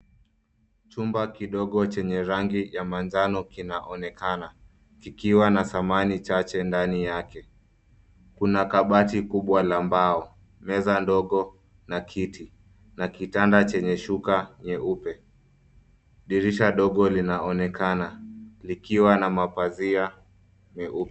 Chumba kidogo chenye rangi ya manjano kinaonekana, kikiwa na samani chache ndani yake. Kuna kabati kubwa la mbao, meza ndogo na kiti, na kitanda chenye shuka nyeupe. Dirisha dogo linaonekana likiwa na mapazia meupe.